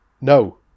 No